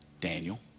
Daniel